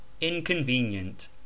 inconvenient